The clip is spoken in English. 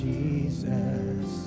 Jesus